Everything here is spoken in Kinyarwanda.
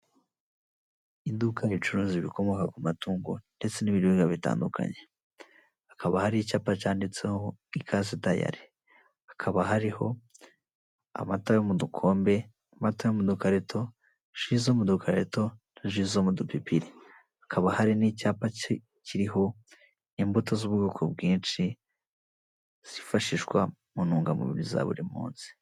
Iduka ricuruza ibikomoka ku matungo ndetse n'ibiribwa bitandukanye, hakaba hari icyapa cyanditseho ikaze dayari, hakaba hariho amata yo mu dukombe, amata yo mudukarito, ji zo mu dukarito, ji zo mu dupipiri, hakaba hari n'icyapa ki kiriho imbuto z'ubwoko bwinshi zifashishwa mu ntungamubiri za buri munsi.